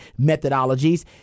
methodologies